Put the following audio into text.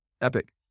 epic